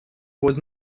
was